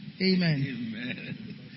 Amen